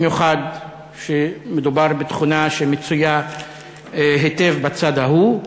במיוחד כשמדובר בתכונה שמצויה היטב בצד ההוא,